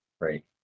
Right